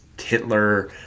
Hitler